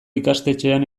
ikastetxean